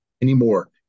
anymore